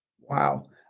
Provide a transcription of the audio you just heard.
Wow